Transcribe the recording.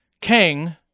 king